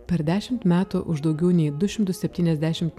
per dešimt metų už daugiau nei du šimtus septyniasdešimt